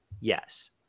Yes